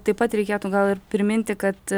taip pat reikėtų gal ir priminti kad